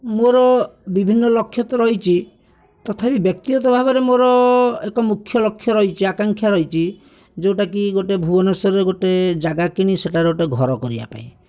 ମୋର ବିଭିନ୍ନ ଲକ୍ଷ୍ୟ ତ ରହିଛି ତଥାପି ବ୍ୟକ୍ତିଗତ ଭାବରେ ମୋର ଏକ ମୁଖ୍ୟ ଲକ୍ଷ୍ୟ ରହିଛି ଆକାଂକ୍ଷା ରହିଛି ଯୋଉଟା କି ଗୋଟେ ଭୁବେନେଶ୍ୱରରେ ଗୋଟେ ଜାଗା କିଣି ସେଠାରେ ଗୋଟେ ଘର କରିବାପାଇଁ